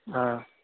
آ